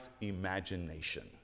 imagination